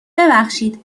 ببخشید